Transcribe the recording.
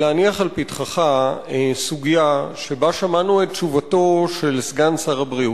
להניח לפתחך סוגיה שבה שמענו את תשובתו של סגן שר הבריאות,